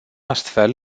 astfel